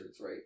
right